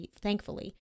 Thankfully